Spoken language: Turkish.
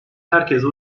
herkese